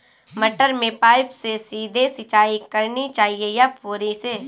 मटर में पाइप से सीधे सिंचाई करनी चाहिए या फुहरी से?